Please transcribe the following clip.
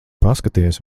paskaties